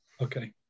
Okay